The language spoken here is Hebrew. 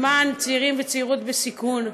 למען צעירים וצעירות בסיכון.